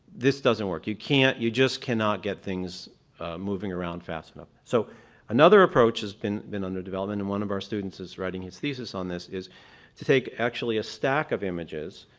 this doesn't work. you can't you just cannot get things moving around fast enough. so another approach has been been under development, and one of our students is writing his thesis on this, is to take actually a stack of images,